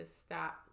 stop